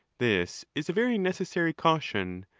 this is a very necessary caution,